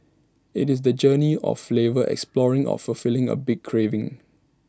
IT is the journey of flavour exploring or fulfilling A big craving